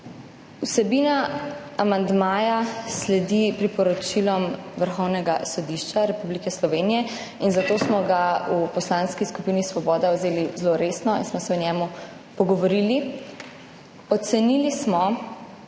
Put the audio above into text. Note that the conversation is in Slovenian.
Vsebina amandmaja sledi priporočilom Vrhovnega sodišča Republike Slovenije in zato smo ga v Poslanski skupini Svoboda vzeli zelo resno in smo se o njem pogovorili. Ocenili smo,